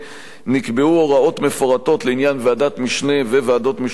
נקבעו הוראות מפורטות לעניין ועדת משנה וועדות משותפות.